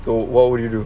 so what would you do